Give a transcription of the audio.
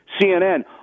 CNN